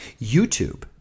YouTube